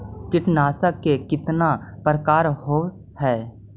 कीटनाशक के कितना प्रकार होव हइ?